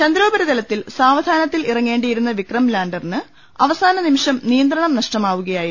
ചന്ദ്രോപരിതലത്തിൽ സാവ ധാനത്തിൽ ഇറങ്ങേണ്ടിയിരുന്ന വിക്രം ലാൻഡറിന് അവ സാന നിമിഷം നിയന്ത്രണം നഷ്ടമാവുകയായിരുന്നു